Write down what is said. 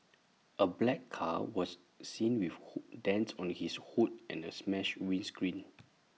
A black car was seen with who dents on its hood and A smashed windscreen